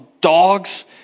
dogs